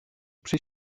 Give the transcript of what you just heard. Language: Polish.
przy